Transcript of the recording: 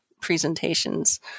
presentations